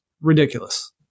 ridiculous